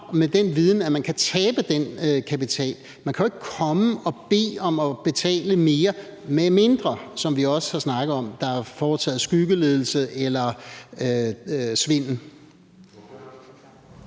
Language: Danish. med den viden, at man kan tabe den kapital. Man kan jo ikke komme og bede om at betale mere, medmindre der, som vi også har snakket om, er foretaget skyggeledelse eller svindel.